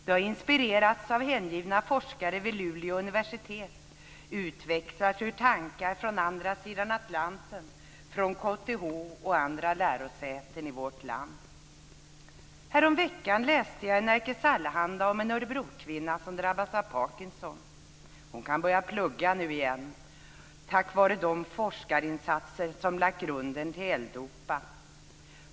Det har inspirerats av hängivna forskare vid Luleå universitet, utvecklats ur tankar från andra sidan Atlanten, från KTH och andra lärosäten i vårt land. Häromveckan läste jag i Nerikes Allehanda om en Örebrokvinna som drabbats av Parkinson. Hon kan börja plugga nu igen tack vare de forskarinsatser som har lagt grunden till L-Dopa.